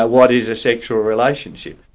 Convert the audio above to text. what is a sexual relationship?